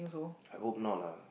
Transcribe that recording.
I hope not lah